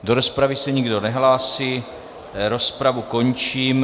Do rozpravy se nikdo nehlásí, rozpravu končím.